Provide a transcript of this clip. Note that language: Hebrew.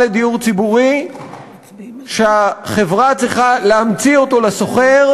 לדיור ציבורי שהחברה צריכה להמציא לשוכר,